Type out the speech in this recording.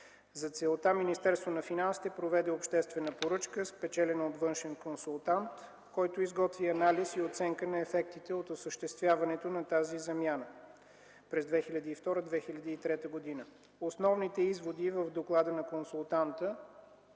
За целта Министерството на финансите проведе обществена поръчка, спечелена от външен консултант, който изготви анализ и оценка на ефектите от осъществяването на тази замяна през 2002-2003 г. Основните изводи в доклада на консултанта,